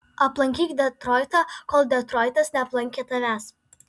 aplankyk detroitą kol detroitas neaplankė tavęs